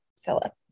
Philip